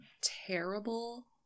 terrible